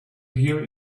hear